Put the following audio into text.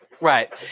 Right